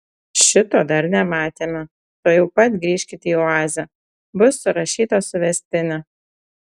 šito dar nematėme tuojau pat grįžkit į oazę bus surašyta suvestinė